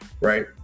right